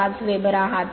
5 वेबर आहात